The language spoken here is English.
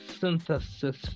synthesis